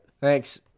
Thanks